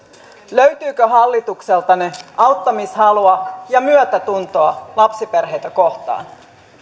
löytyykö hallitukselta auttamishalua ja myötätuntoa lapsiperheitä kohtaan